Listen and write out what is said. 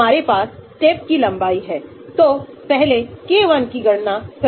अगर आप बेसिक लाते हैं तो आप इलेक्ट्रॉनिक प्रभाव को समाप्त करने वाले हैं